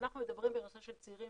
כשאנחנו מדברים בנושא של צעירים,